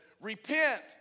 repent